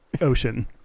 Ocean